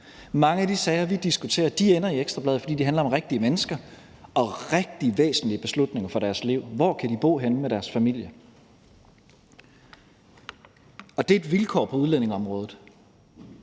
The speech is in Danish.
mange af de sager, vi diskuterer, ender jo i Ekstra Bladet, fordi de handler om rigtige mennesker, og rigtig væsentlige beslutninger for deres liv: Hvor kan de bo henne med deres familie? Og det er et vilkår på udlændingeområdet,